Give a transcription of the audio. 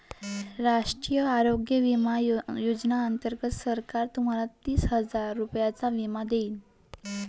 राष्ट्रीय आरोग्य विमा योजनेअंतर्गत सरकार तुम्हाला तीस हजार रुपयांचा विमा देईल